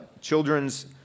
children's